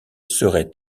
serait